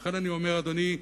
ולכן אני אומר, אדוני: